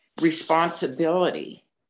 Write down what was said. responsibility